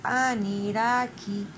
aniraki